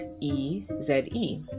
E-Z-E